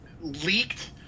leaked